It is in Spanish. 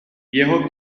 viejo